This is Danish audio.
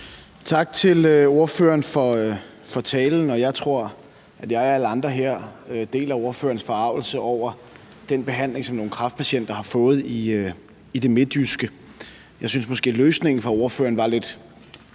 Tak til ordføreren for talen. Jeg tror, at jeg og alle andre her deler ordførerens forargelse over den behandling, som nogle kræftpatienter har fået i det midtjyske. Jeg synes måske, løsningen fra ordføreren var lidt